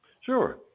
Sure